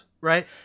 right